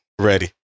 Ready